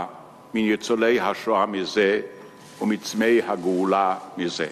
מניצולי השואה מזה ומצמאי הגאולה מזה.